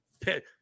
pick